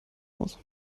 muss